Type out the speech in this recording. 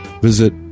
visit